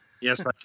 Yes